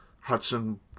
Hudson